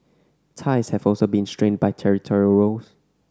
ties have also been strained by territorial rows